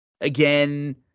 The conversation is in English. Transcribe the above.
again